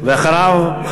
ואחריו,